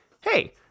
Hey